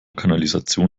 kanalisation